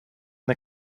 the